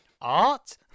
art